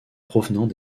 provenant